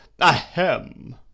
Ahem